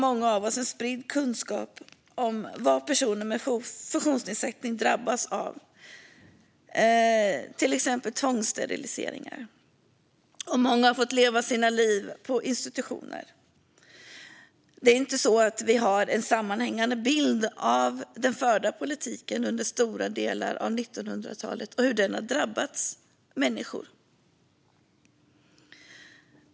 Många av oss har spridd kunskap om vad personer med funktionsnedsättning drabbats av, till exempel tvångssteriliseringar. Många har fått leva sitt liv på institutioner. Vi har dock ingen sammanhängande bild av den förda politiken under stora delar av 1900-talet och hur den har drabbat människor.